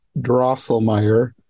Drosselmeyer